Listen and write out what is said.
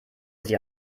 sie